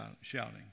shouting